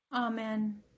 Amen